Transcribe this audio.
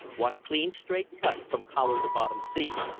one clean straight cut from collar to bottom seam.